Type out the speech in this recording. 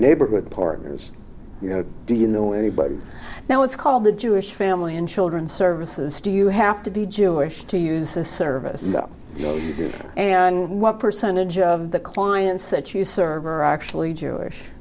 neighborhood partners you know do you know anybody now it's called the jewish family and children's services do you have to be jewish to use the service and what percentage of the clients that you serve are actually jewish